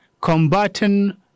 combating